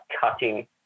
cutting